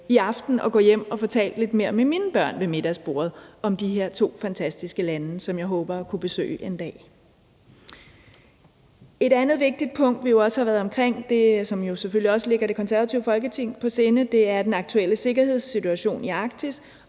gå hjem og få talt lidt mere med mine børn ved middagsbordet om de her to fantastiske lande, som jeg håber at kunne besøge en dag. Et andet vigtigt punkt, vi jo også har været omkring, og som selvfølgelig også ligger Det Konservative Folkeparti på sinde, er den aktuelle sikkerhedssituation i Arktis,